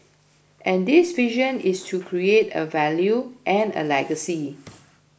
and this vision is to create a value and a legacy